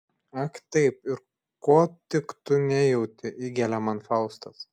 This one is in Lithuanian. ak taip ir ko tik tu nejauti įgelia man faustas